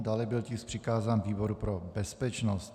Dále byl tisk přikázán výboru pro bezpečnost.